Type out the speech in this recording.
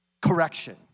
correction